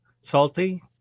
salty